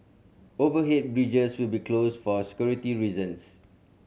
overhead bridges will be closed for security reasons